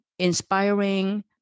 inspiring